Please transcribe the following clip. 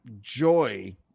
joy